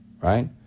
right